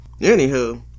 Anywho